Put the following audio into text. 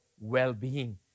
well-being